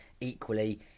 Equally